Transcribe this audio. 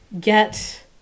get